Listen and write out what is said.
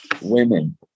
women